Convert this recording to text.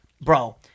bro